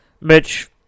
Mitch